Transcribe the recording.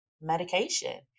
medication